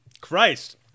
Christ